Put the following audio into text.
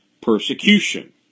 persecution